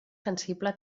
sensible